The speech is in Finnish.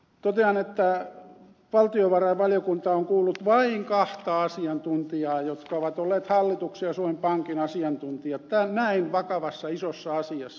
totean että valtiovarainvaliokunta on kuullut vain kahta asiantuntijaa jotka ovat olleet hallituksen ja suomen pankin asiantuntijat näin vakavassa isossa asiassa